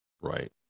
right